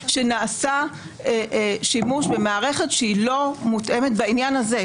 שנעשה שימוש במערכת שהיא לא מותאמת בעניין הזה.